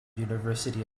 university